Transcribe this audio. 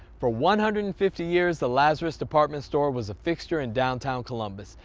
for one hundred and fifty years, the lazarus department store was a fixture in downtown columbus,